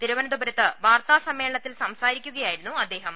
തിരു വനന്തപുരത്ത് വാർത്താ സമ്മേളനത്തിൽ സംസാരിക്കുകയായി രുന്നു അദ്ദേഹം